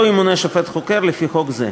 לא ימונה שופט חוקר לפי חוק זה.